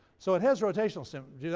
so it has rotational symmetry,